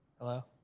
Hello